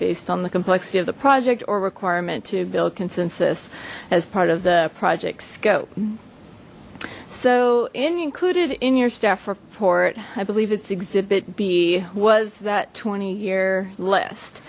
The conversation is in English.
based on the complexity of the project or requirement to build consensus as part of the project scope so included in your staff report i believe it's exhibit b was that twenty year l